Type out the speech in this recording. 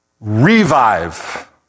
Revive